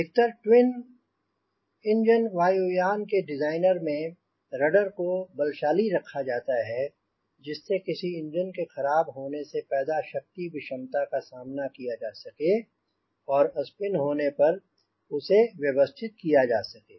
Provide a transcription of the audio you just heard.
अधिकतर twin engine वायुयान के डिज़ाइन में रडर को बलशाली रखा जाता है जिससे किसी इंजन के खराब होने से पैदा शक्ति विषमता का सामना किया जा सके और स्पिन होने पर उसे व्यवस्थित किया जा सके